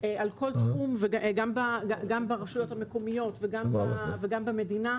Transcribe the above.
על כל תחום, גם ברשויות המקומיות וגם במדינה.